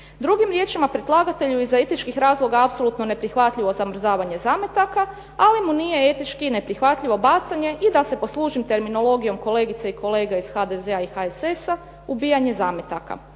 Drugim riječima, predlagatelju je iz etičkih razloga apsolutno neprihvatljivo zamrzavanje zametaka, ali mu nije etički neprihvatljivo bacanje i da se poslužim terminologijom kolegice i kolega iz HDZ-a i HSS-a ubijanje zametaka.